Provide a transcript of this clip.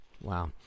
Wow